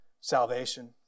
salvation